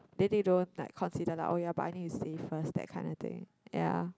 then they don't like consider like oh ya but I need to save first that kind of thing